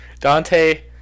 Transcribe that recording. Dante